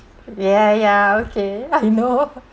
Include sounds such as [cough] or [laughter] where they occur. ya ya okay I know [laughs]